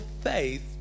faith